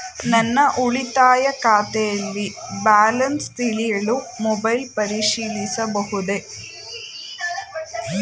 ನನ್ನ ಉಳಿತಾಯ ಖಾತೆಯಲ್ಲಿ ಬ್ಯಾಲೆನ್ಸ ತಿಳಿಯಲು ಮೊಬೈಲ್ ಪರಿಶೀಲಿಸಬಹುದೇ?